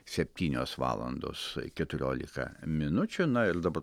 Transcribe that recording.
septynios valandos keturiolika minučių na ir dabar